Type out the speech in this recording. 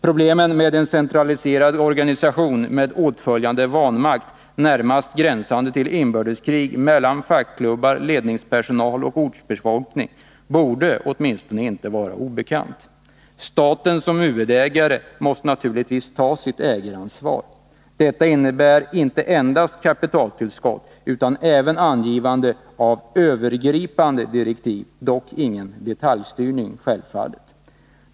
Problemen med en centraliserad organisation med åtföljande vanmakt, närmast gränsande till inbördeskrig mellan fackklubbar, ledningspersonal och ortsbefolkning, borde åtminstone inte vara obekant. Staten som huvudägare måste naturligtvis ta sitt ägaransvar. Detta innebär inte endast kapitaltillskott utan även angivande av övergripande direktiv — dock självfallet ingen detaljstyrning.